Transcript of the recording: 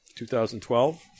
2012